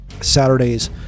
Saturday's